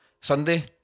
Sunday